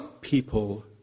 people